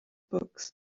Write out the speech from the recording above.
books